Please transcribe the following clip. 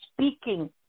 speaking